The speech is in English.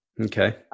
Okay